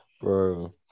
Bro